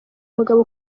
umugabo